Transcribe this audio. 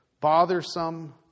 bothersome